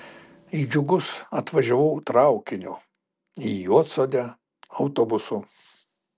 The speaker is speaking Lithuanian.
į džiugus atvažiavau traukiniu į juodsodę autobusu